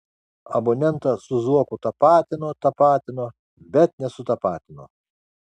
abonentą su zuoku tapatino tapatino bet nesutapatino